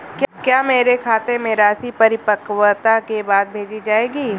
क्या मेरे खाते में राशि परिपक्वता के बाद भेजी जाएगी?